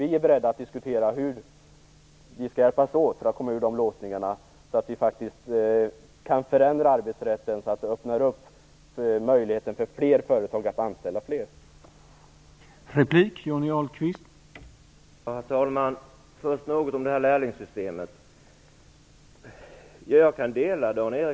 Vi är beredda att diskutera hur vi skall hjälpas åt för att komma ur dessa låsningar så att vi faktiskt kan förändra arbetsrätten så att möjligheten för fler företag att anställa fler öppnas upp.